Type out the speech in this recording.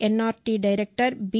N R T director B